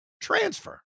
transfer